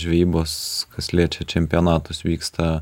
žvejybos kas liečia čempionatus vyksta